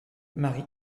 marie